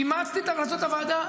אימצתי את המלצות הוועדה,